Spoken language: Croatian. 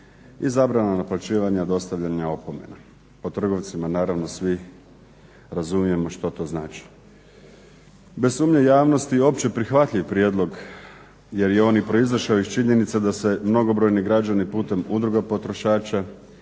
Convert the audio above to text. i zabrana naplaćivanja dostavljanja opomena. Po trgovcima naravno svi razumijemo što to znači. Bez sumnje javnosti, opće prihvatljiv prijedlog, jer je on i proizašao iz činjenice da se mnogobrojni građani putem udruga potrošača,